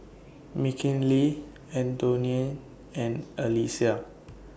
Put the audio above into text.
Mckinley Antione and Alesia